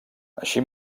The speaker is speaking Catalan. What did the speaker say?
així